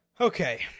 Okay